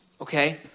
Okay